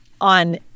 on